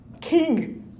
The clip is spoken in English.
king